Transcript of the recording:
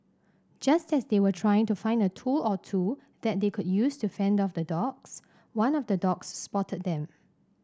just as they were trying to find a tool or two that they could use to fend off the dogs one of the dogs spotted them